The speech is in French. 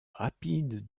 rapide